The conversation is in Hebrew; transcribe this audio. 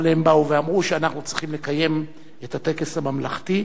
אבל הם באו ואמרו שאנחנו צריכים לקיים את הטקס הממלכתי.